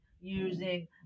using